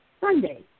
Sunday